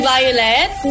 Violet